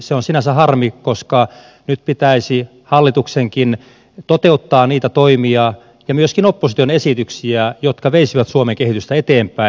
se on sinänsä harmi koska nyt pitäisi hallituksenkin toteuttaa niitä toimia ja myöskin opposition esityksiä jotka veisivät suomen kehitystä eteenpäin